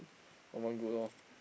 common good loh